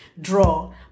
draw